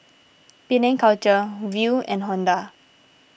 Penang Culture Viu and Honda